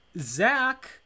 Zach